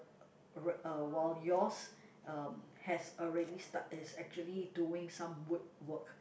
right uh while yours uh has already start is actually doing some wood work